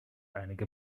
einige